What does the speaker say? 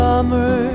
Summer